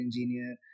engineer